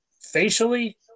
facially